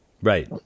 right